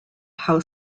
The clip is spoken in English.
how